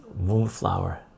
moonflower